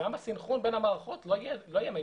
גם הסנכרון בין המערכות לא יהיה מיטבי.